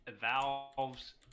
Valve's